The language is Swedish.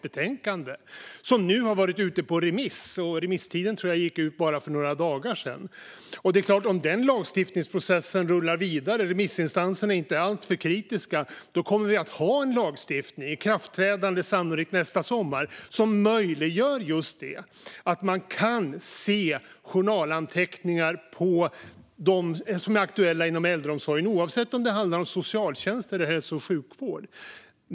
Betänkandet har nu varit ute på remiss, och remisstiden gick ut för bara några dagar sedan. Om den lagstiftningsprocessen rullar vidare och remissinstanserna inte är alltför kritiska kommer det att finnas en lag som träder i kraft sannolikt nästa sommar, och då kommer det att bli möjligt att se journalanteckningar på dem som är aktuella inom äldreomsorgen. Det gäller oavsett om det handlar om socialtjänst eller hälso och sjukvård.